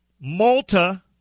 Malta